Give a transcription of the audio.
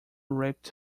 raped